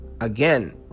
again